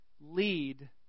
lead